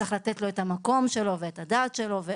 וצריך לתת לו את המקום שלו ואת הדעת שלו.